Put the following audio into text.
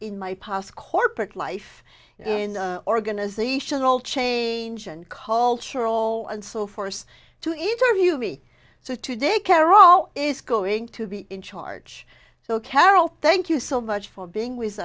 in my pos corporate life and organizational change and cultural and so forced to interview me so today karol is going to be in charge so carol thank you so much for being with